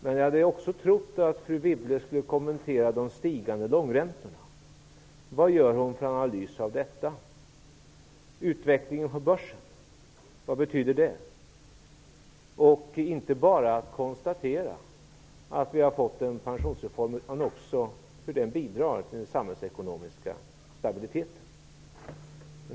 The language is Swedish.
Men jag hade också trott att fru Wibble skulle kommentera de stigande långa räntorna. Vad gör hon för analys av detta? Vad betyder utvecklingen på börsen? Jag trodde att hon inte bara skullle konstatera att vi har fått en pensionsreform utan att hon också skulle beskriva hur den bidrar till den samhällsekonomiska stabiliteten.